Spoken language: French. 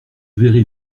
verrai